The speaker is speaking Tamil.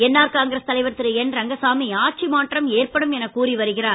என்ஆர் காங்கிரஸ் தலைவர் திரு என் ரங்கசாமி ஆட்சி மாற்றம் ஏற்படும் எனக் கூறி வருகிறார்